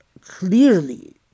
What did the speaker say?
clearly